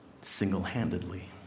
single-handedly